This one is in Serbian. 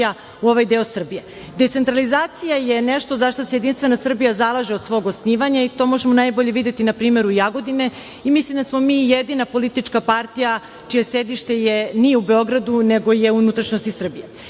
u ovaj deo Srbije. Decentralizacija je nešto za šta se JS zalaže od svog osnivanja i to možemo najbolje videti na primeru Jagodine i mislim da smo mi jedina politička partija čije sedište nije u Beogradu, nego je u unutrašnjosti Srbije. Ja